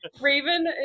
Raven